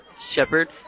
Shepard